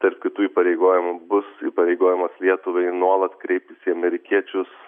tarp kitų įpareigojimų bus įpareigojimas lietuvai nuolat kreiptis į amerikiečius